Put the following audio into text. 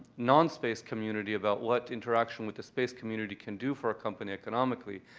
non-space community about what interaction with the space community can do for a company economically.